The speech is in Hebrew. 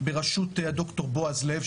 בראשות ד"ר בועז לב,